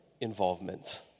involvement